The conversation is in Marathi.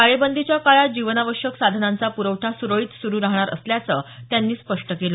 टाळेबंदीच्या काळात जीवनावश्यक साधनांचा प्रवठा सुरळीत सुरु राहणार असल्याचं त्यांनी स्पष्ट केलं